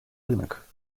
рынок